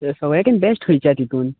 सगळ्यांकीन बॅस्ट खंयचे हा तेतून